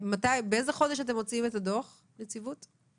באיזה חודש אתם מוציאים את הדוח, הנציבות?